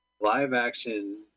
live-action